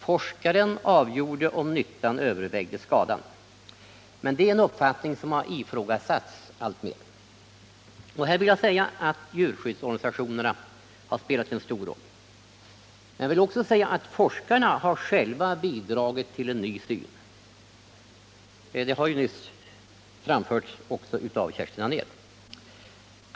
Forskaren avgjorde om nyttan övervägde skadan. Men det är en uppfattning som har ifrågasatts alltmer. Här har djurskyddsorganisationerna spelat en stor roll. Men även forskarna själva har bidragit till en ny syn. Det har nyss anförts också av Kerstin Anér.